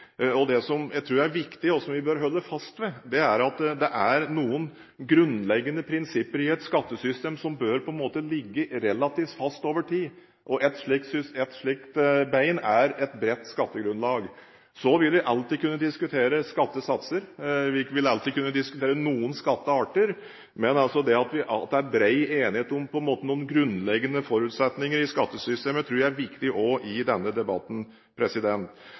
et skattesystem som bør ligge relativt fast over tid, og et slikt bein er et bredt skattegrunnlag. Vi vil alltid kunne diskutere skattesatser, vi vil alltid kunne diskutere noen skattearter, men det at det er bred enighet om noen grunnleggende forutsetninger i skattesystemet, tror jeg er viktig også i denne debatten.